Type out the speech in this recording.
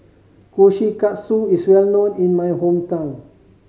kushikatsu is well known in my hometown